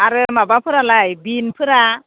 आरो माबाफोरालाय बिनफोरा